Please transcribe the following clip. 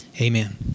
Amen